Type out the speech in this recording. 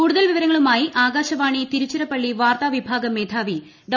കൂടുതൽ വിവരങ്ങളുമായി ആകാശവാണി തിരുച്ചിറപ്പള്ളി വാർത്താവിഭാഗം മേധാവി ഡോ